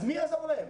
אז מי יעזור להם?